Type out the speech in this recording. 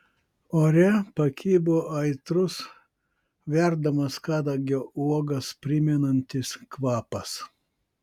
ore pakibo aitrus verdamas kadagio uogas primenantis kvapas